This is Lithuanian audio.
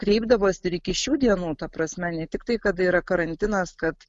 kreipdavosi ir iki šių dienų ta prasme ne tiktai kada yra karantinas kad